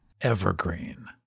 Evergreen